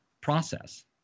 process